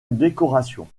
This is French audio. décoration